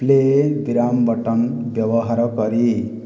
play ବିରାମ button ବ୍ୟବହାର କରି